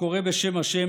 הקורא בשם השם,